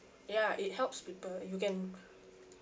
ya it helps people you can